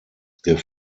der